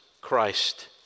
Christ